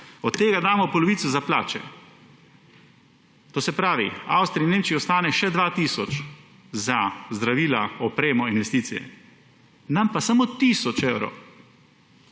od tega damo polovico za plače. To se pravi, Avstriji, Nemčiji ostane še 2 tisoč za zdravila, opremo in investicije, nam pa samo tisoč evrov.